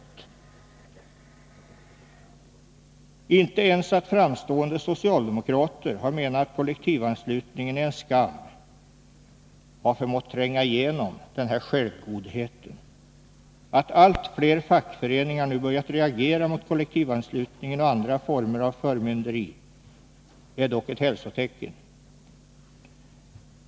Inte ens det förhållandet att framstående socialdemokrater har menat att kollektivanslutningen är en skam har förmått tränga igenom denna självgodhet. Att allt fler fackföreningar nu börjat reagera mot kollektivanslutningen och andra former av förmynderi är dock ett hälsotecken.